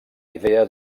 idea